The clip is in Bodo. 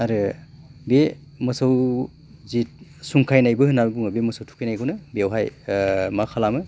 आरो बे मोसौ जि सुंखायनायबो होनना बुङो बे मोसौ थुखैनायखौनो बेवहाय मा खालामो